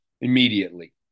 immediately